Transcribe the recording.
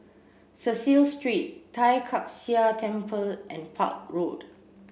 Cecil Street Tai Kak Seah Temple and Park Road